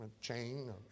chain